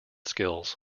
skills